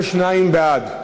22 בעד,